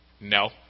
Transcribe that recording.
no